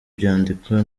byandikwa